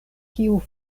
kiu